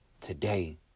today